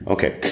Okay